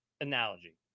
analogy